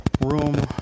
room